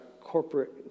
corporate